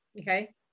okay